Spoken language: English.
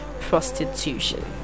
prostitution